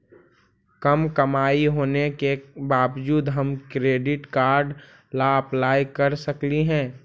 कम कमाई होने के बाबजूद हम क्रेडिट कार्ड ला अप्लाई कर सकली हे?